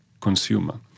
consumer